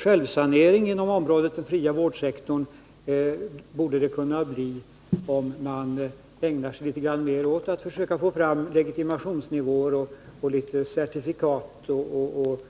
Den fria vårdsektorn bör kunna självsaneras genom att man ägnar sig litet mer åt att försöka få fram legitimationsnivåer, certifikat och